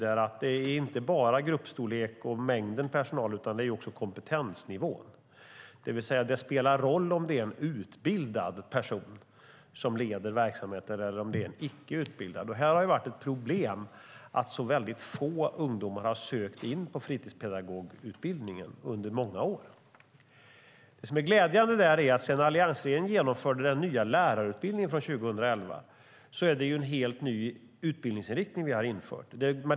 Det handlar inte bara om gruppstorlek och mängden personal utan också om kompetensnivån. Det spelar alltså roll om det är en utbildad person eller en icke utbildad person som leder verksamheten. Det har varit ett problem att väldigt få ungdomar har sökt in på fritidspedagogutbildningen under många år. Det är glädjande att sedan alliansregeringen genomförde den nya lärarutbildningen 2011 är det en helt ny utbildningsinriktning.